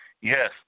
yes